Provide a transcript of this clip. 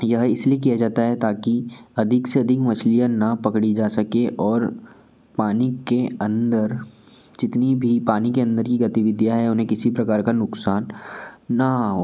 यह इस लिए किया जाता है ताकि अधिक से अधिक मछलियाँ ना पकड़ी जा सकें और पानी के अंदर जितनी भी पानी के अंदर की गतिविधियाँ है उन्हें किसी प्रकार का नुक़सान ना हो